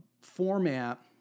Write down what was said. format